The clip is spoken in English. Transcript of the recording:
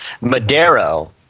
Madero